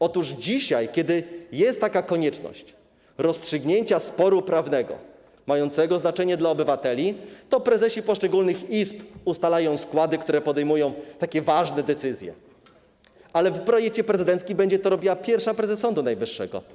Otóż dzisiaj, kiedy istnieje konieczność rozstrzygnięcia sporu prawnego mającego znaczenie dla obywateli, to prezesi poszczególnych izb ustalają składy, które podejmują takie ważne decyzje, natomiast zgodnie z projektem prezydenckim będzie to robiła pierwsza prezes Sądu Najwyższego.